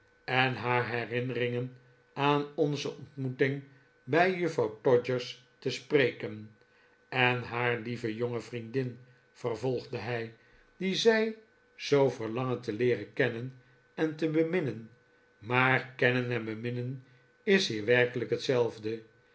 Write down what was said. en haar herinneringen aan onze ontmoeting bij juffrouw todgers te spreken en haar lieve jonge vriendin vervolgde hij die zij zoo verlangen te leeren kennen en te beminnen maar kennen en beminnen is hier werkelijk hetzelfde